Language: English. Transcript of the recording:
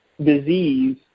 disease